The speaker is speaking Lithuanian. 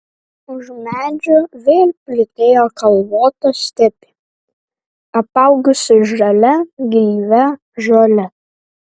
už medžių vėl plytėjo kalvota stepė apaugusi žalia gaivia žole